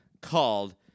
called